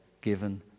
given